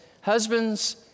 husbands